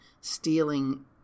stealing